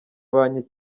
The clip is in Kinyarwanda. banki